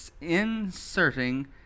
inserting